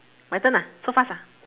my turn ah so fast ah